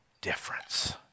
difference